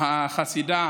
החסידה